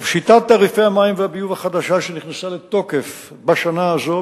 שיטת תעריפי המים והביוב החדשה שנכנסה לתוקף בשנה הזאת,